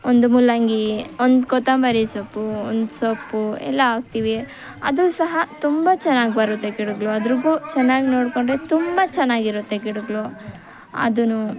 ಒಂದು ಮೂಲಂಗಿ ಒಂದು ಕೊತ್ತಂಬರಿ ಸೊಪ್ಪು ಒಂದು ಸೊಪ್ಪು ಎಲ್ಲ ಹಾಕ್ತೀವಿ ಅದು ಸಹ ತುಂಬ ಚೆನ್ನಾಗಿ ಬರುತ್ತೆ ಗಿಡಗಳು ಅದ್ರಾಗೂ ಚೆನ್ನಾಗಿ ನೋಡ್ಕೊಂಡರೆ ತುಂಬ ಚೆನ್ನಾಗಿರುತ್ತೆ ಗಿಡಗಳು ಅದೂ